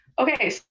Okay